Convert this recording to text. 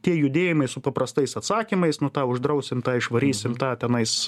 tie judėjimai su paprastais atsakymais nu tą uždrausim tą išvarysim tą tenais